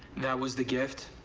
that was the gift?